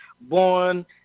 Born